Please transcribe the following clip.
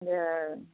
जहए